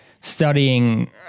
studying